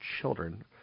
children